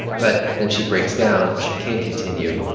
but then she breaks down. she can't continue.